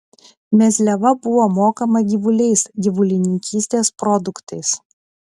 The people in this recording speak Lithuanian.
mezliava buvo mokama gyvuliais gyvulininkystės produktais